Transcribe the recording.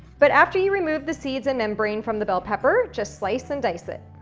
but, after you remove the seeds and membrane from the bell pepper, just slice and dice it.